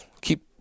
keep